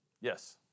Yes